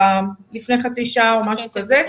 לפני חצי שעה או משהו כזה.